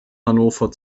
hannover